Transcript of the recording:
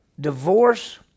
divorce